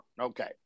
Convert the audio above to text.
okay